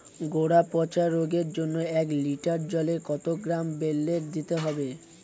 গোড়া পচা রোগের জন্য এক লিটার জলে কত গ্রাম বেল্লের দিতে হবে?